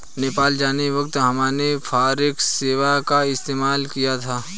नेपाल जाते वक्त हमने फॉरेक्स सेवा का इस्तेमाल किया था